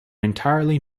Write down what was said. entirely